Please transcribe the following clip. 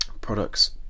Products